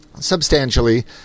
Substantially